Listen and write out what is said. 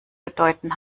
bedeuten